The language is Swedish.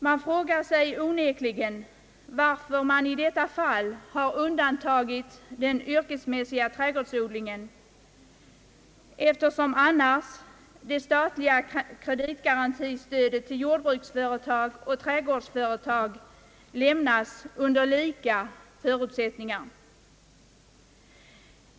Man frågar sig onekligen, varför den yrkesmässiga trädgårdsodlingen har undantagits i detta fall, eftersom annars det statliga kreditgarantistödet till jordbruksföretag och trädgårdsföretag lämnas under lika förutsättningar.